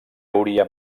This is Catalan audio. hauria